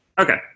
Okay